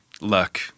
luck